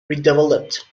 redeveloped